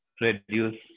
reduce